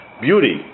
beauty